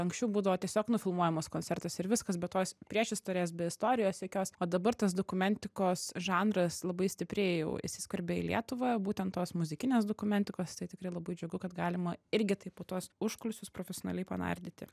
anksčiau būdavo tiesiog nufilmuojamas koncertas ir viskas bet tos priešistorės be istorijos jokios o dabar tas dokumentikos žanras labai stipriai jau įsiskverbė į lietuvą būtent tos muzikinės dokumentikos tai tikrai labai džiugu kad galima irgi taip po tuos užkulisius profesionaliai panardyti